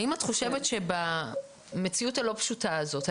האם את חושבת שבמציאות הלא פשוטה הזו,